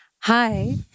Hi